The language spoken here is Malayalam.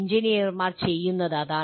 എഞ്ചിനീയർമാർ ചെയ്യുന്നത് അതാണ്